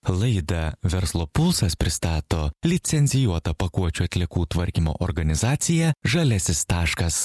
laidą verslo pulsas pristato licencijuota pakuočių atliekų tvarkymo organizacija žaliasis taškas